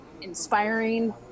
inspiring